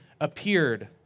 appeared